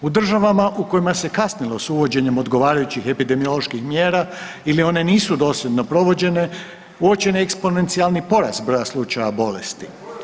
U državama kojima se kasnilo s uvođenjem odgovarajućih epidemioloških mjera ili one nisu dosljedno provođene, uočen je eksponencijalni porast broja slučaja bolesti.